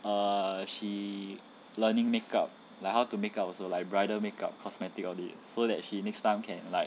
err she learning makeup like how to makeup also like bridal makeup cosmetic all these so that she next time can like